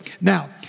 Now